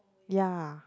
ya